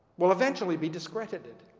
will eventually, be discredited.